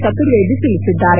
ಚತುರ್ವೇದಿ ತಿಳಿಸಿದ್ದಾರೆ